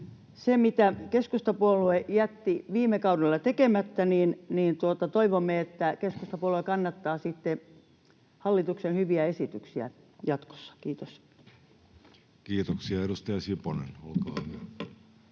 mitä keskustapuolue jätti viime kaudella tekemättä, toivomme, että keskustapuolue kannattaa hallituksen hyviä esityksiä sitten jatkossa. — Kiitos. [Speech